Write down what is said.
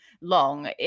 long